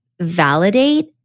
validate